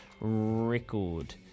record